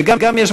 וגם יש,